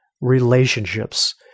relationships